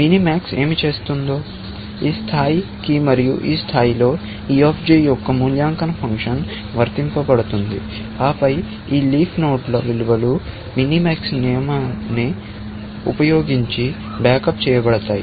minimax ఏమి చేస్తుందో ఈ స్థాయికి మరియు ఈ స్థాయిలో e యొక్క మూల్యాంకన ఫంక్షన్ వర్తించబడుతుంది ఆపై ఈ లీఫ్ నోడ్ల విలువ లు మినిమాక్స్ నియమాన్ని ఉపయోగించి బ్యాకప్ చేయబడతాయి